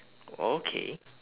okay